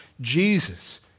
Jesus